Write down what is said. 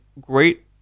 great